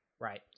right